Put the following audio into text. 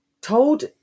told